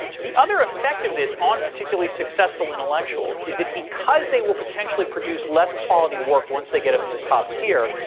the other effect of this on particularly successful intellectuals is that because they will potentially produce less quality work once they get up to the top tier,